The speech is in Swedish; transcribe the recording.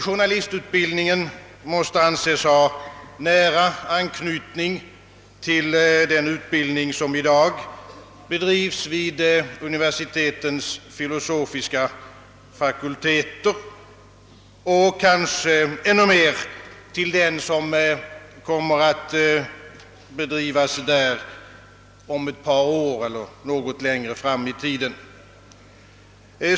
Journalistutbildningen måste anses ha nära anknytning till den utbildning, som i dag bedrivs vid universitetens filosofiska fakulteter och kanske ännu mer till den som kommer att bedrivas där om ett par år eller något längre fram i tiden.